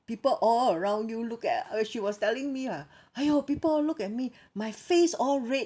people all around you look at uh she was telling me lah !aiyo! people all look at me my face all red